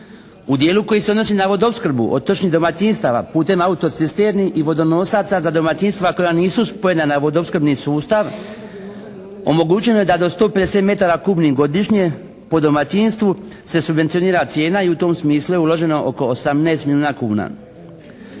U dijelu koji se odnosi na vodoopskrbu otočnih domaćinstava putem autocisterni i vodonosaca za domaćinstva koja nisu spojena na vodoopskrbni sustav, omogućeno je da do 150 metara kubnih godišnje po domaćinstvu se subvencionira cijena i u tom smislu je uloženo oko 18 milijuna kuna.